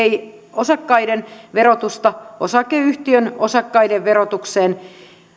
osakkaiden verotusta osakeyhtiön osakkaiden verotukseen